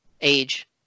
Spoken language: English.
age